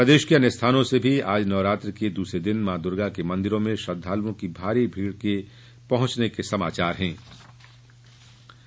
प्रदेश के अन्य स्थानों में भी आज नवरात्र के दूसरे दिन मां दुर्गा के मंदिरों में श्रद्दालुओं की भारी भीड़ पहुंचने के समाचार प्राप्त हुए हैं